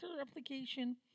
application